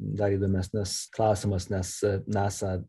dar įdomesnius klausimus nes nasa